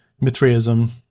Mithraism